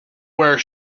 where